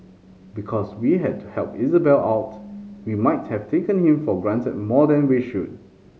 because we had to help Isabelle out we might have taken him for granted more than we should